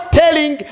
telling